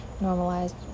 normalized